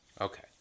Okay